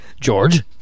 George